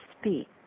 speak